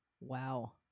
wow